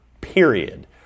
period